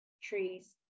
trees